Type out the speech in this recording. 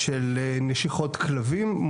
של נשיכות כלבים?